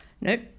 Nope